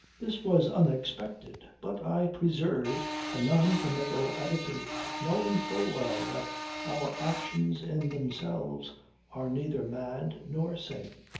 this was unexpected, but i preserved a noncommittal attitude, knowing full well that our actions in themselves are neither mad nor sane.